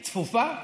צפופה?